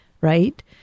Right